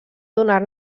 donar